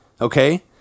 okay